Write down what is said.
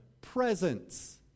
presence